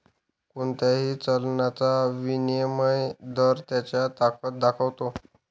कोणत्याही चलनाचा विनिमय दर त्याची ताकद दाखवतो